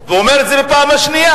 והוא אומר את זה בפעם השנייה,